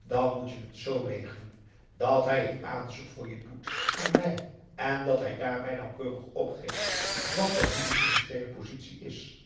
dan moet je het z regelen dat hij het aanzoek voor je doet aan mij en dat hij daarbij nauwkeurig opgeeft wat en hoe je financieele positie is